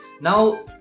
Now